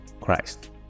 Christ